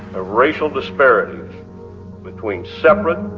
ah racial disparity between separate,